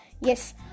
yes